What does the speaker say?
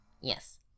Yes